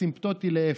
אסימפטוטי לאפס.